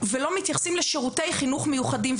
ולא מתייחסים לשירותי חינוך מיוחדים.